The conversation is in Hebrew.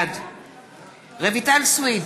בעד רויטל סויד,